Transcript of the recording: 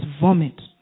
vomit